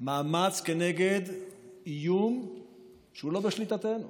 מאמץ כנגד איום שהוא לא בשליטתנו,